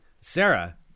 Sarah